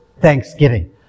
thanksgiving